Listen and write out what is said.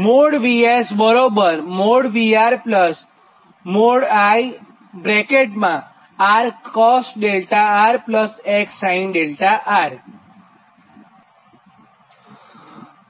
|𝑉𝑆| |𝑉𝑅| |𝐼|R cos 𝛿𝑅 X sin 𝛿𝑅